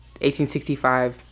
1865